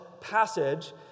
passage